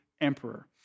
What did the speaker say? emperor